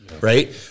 right